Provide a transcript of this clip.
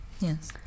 Yes